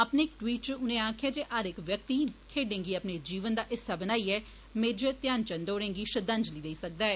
अपने इक ट्वीट च उनें आक्खेआ जे हर इक व्यक्ति खेडे गी अपने जीवन दा हिस्सा बनाइयै मेजर ध्यान चंद होरें गी श्रद्धांजलि देई सकदा ऐ